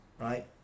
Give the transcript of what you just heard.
right